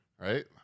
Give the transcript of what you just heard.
right